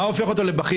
מה הופך אותו לבכיר?